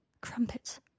Crumpets